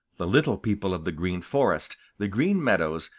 the little people of the green forest, the green meadows,